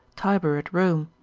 tiber at rome,